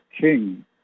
King